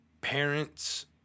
parents